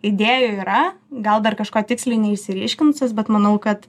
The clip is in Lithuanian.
idėjų yra gal dar kažko tiksliai neišsiryškinusios bet manau kad